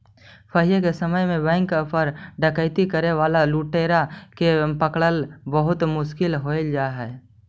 पहिले के समय में बैंक पर डकैती करे वाला लुटेरा के पकड़ला बहुत मुश्किल हो जा हलइ